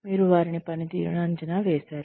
మీరు వారి పనితీరును అంచనా వేశారు